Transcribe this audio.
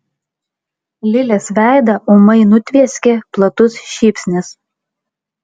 lilės veidą ūmai nutvieskė platus šypsnys